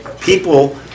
people